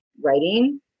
writing